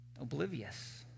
Oblivious